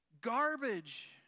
garbage